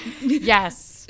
Yes